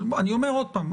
אבל אני אומר עוד פעם.